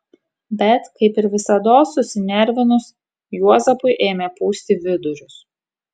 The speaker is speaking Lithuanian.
bet kaip ir visados susinervinus juozapui ėmė pūsti vidurius